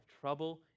trouble